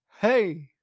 hey